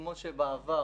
כמו שבעבר